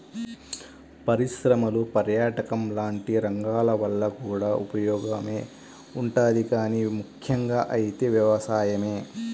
పరిశ్రమలు, పర్యాటకం లాంటి రంగాల వల్ల కూడా ఉపయోగమే ఉంటది గానీ ముక్కెంగా అయితే వ్యవసాయమే